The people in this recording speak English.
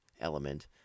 element